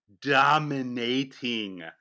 dominating